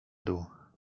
dół